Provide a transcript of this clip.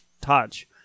touch